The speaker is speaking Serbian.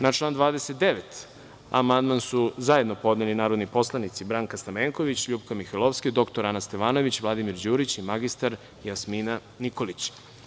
Na član 29. amandman su zajedno podneli narodni poslanici Branka Stamenković, LJupka Mihajlovska, dr Ana Stevanović, Vladimir Đurić i mr Jasmina Nikolić.